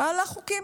מעלה חוקים.